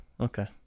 Okay